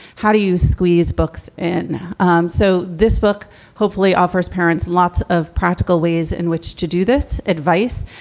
how do you squeeze books? and um so this book hopefully offers parents lots of practical ways in which to do this advice.